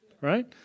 right